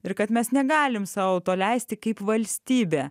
ir kad mes negalim sau to leisti kaip valstybė